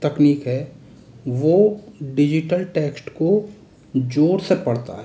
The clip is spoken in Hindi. तकनीक है वो डिजिटल टेक्श्ट को ज़ोर से पढ़ता है